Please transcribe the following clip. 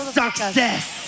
success